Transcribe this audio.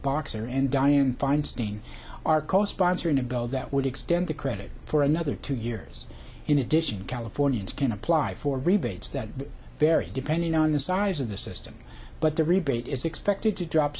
boxer and dianne feinstein are co sponsor in a bill that would extend the credit for another two years in addition californians can apply for rebates that vary depending on the size of the system but the rebate is expected to drop